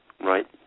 right